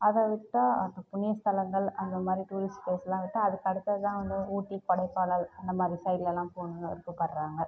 அதைவுட்டா அப்புறம் புண்ணிய ஸ்தலங்கள் அந்தமாதிரி டூரிஸ்ட் ப்ளேஸ்லாம் விட்டால் அதுக்கு அடுத்தது தான் வந்து ஊட்டி கொடைக்கானல் அந்த மாரி சைடுலலாம் போகணுன்னு விருப்பப்படுறாங்க